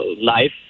life